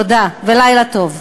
תודה ולילה טוב.